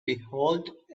behold